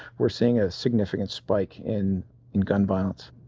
we're seeing a significant spike in in gun violence.